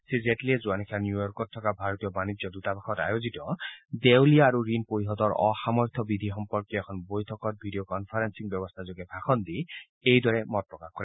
শ্ৰীজেটলীয়ে যোৱা নিশা নিউয়ৰ্কত থকা ভাৰতীয় বাণিজ্য দৃতাবাসত দেওলীয়া আৰু ঋণ পৰিশোধৰ অসামৰ্থ্য বিধি সম্পৰ্কীয় এখন বৈঠকত ভিডিঅ' কনফাৰেলিং ব্যৱস্থাযোগে ভাষণ দি এইদৰে মত প্ৰকাশ কৰে